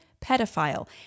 pedophile